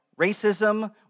racism